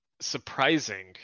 surprising